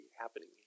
happening